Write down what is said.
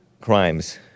crimes